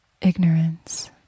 ignorance